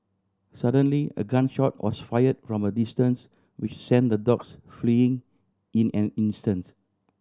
suddenly a gun shot was fired from a distance which sent the dogs fleeing in an instant